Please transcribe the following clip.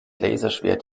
laserschwert